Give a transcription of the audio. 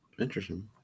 Interesting